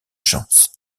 chance